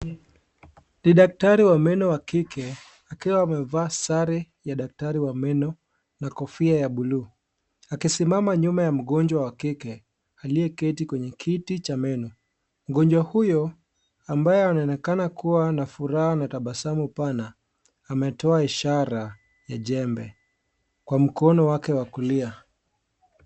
Ni daktari wa meno wa kike akiwa amevaa sare ya daktari wa meno na kofia ya bluu. Akisimama nyuma ya mgonjwa wa kike aliyeketi kwenye kiti cha meno. Mgonjwa huyo ambaye anaonekana kuwa na furaha na tabasamu pana ametoa ishara ya jembe kwa mkono wake wa kulia.